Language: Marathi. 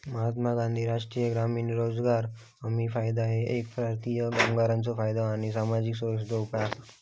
महात्मा गांधी राष्ट्रीय ग्रामीण रोजगार हमी कायदा ह्यो एक भारतीय कामगार कायदा आणि सामाजिक सुरक्षा उपाय असा